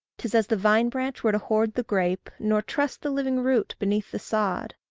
tis as the vine-branch were to hoard the grape, nor trust the living root beneath the sod.